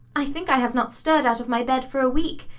i think i have not stirred out of my bed for a week,